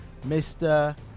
Mr